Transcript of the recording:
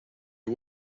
you